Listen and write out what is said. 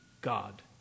God